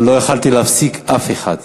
אבל לא יכולתי להפסיק אף אחד,